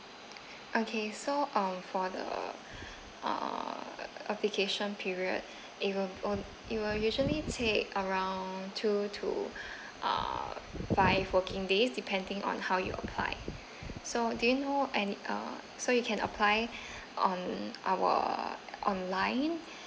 okay so um for the uh application period it will on it will usually take around two to uh five working days depending on how you apply so do you know an uh so you can apply on our online